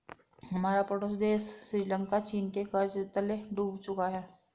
हमारा पड़ोसी देश श्रीलंका चीन के कर्ज तले डूब चुका है